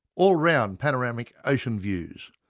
all round panoramic ocean views,